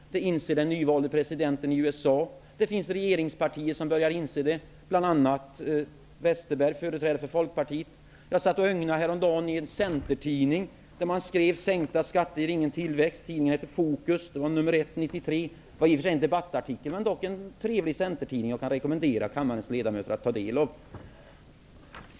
Den nyvalde presidenten i USA inser det, och i vissa regeringspartier börjar man inse det, bl.a. företrädaren för Folkpartiet, Bengt Westerberg. Häromdagen ögnade jag igenom centertidningen Fokus, nr 1, 1993 -- en trevlig centertidning som jag kan rekommendera kammarens ledamöter att ta del av. Där stod det i en debattartikel att sänkta skatter inte ger någon tillväxt.